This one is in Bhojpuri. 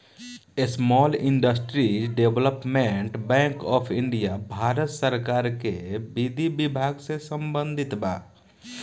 small industries development bank of India Bharat सरकार के विधि विभाग से संबंधित बा